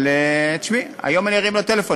אבל היום אני ארים לו טלפון,